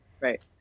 Right